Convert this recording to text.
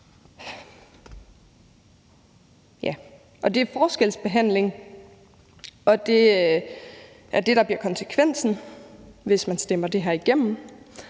Det er forskelsbehandling, og det er det, der bliver konsekvensen, hvis man stemmer det her igennem,